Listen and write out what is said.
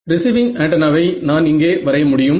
receiving ஆண்டென்னாவை நான் இங்கே வரைய முடியும்